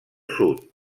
sud